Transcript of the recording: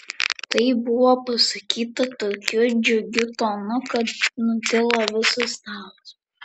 tai buvo pasakyta tokiu džiugiu tonu kad nutilo visas stalas